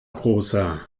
großer